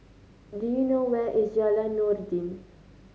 do you know where is Jalan Noordin